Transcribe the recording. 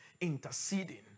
interceding